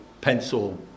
pencil